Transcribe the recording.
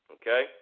Okay